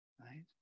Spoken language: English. right